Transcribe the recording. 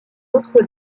autres